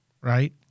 right